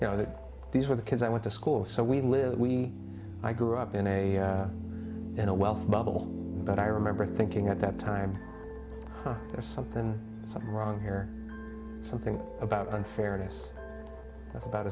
you know that these were the kids i went to school so we live we i grew up in a in a wealthy bubble but i remember thinking at that time there's something something wrong here something about unfairness that's about